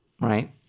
right